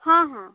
ହଁ ହଁ